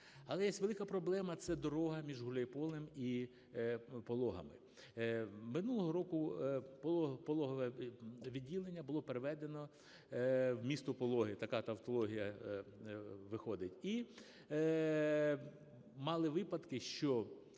але є велика проблема, це дорога між Гуляйполем і Пологами. Минулого року пологове відділення було переведено в місто Пологи (така тавтологія виходить). І мали випадки, що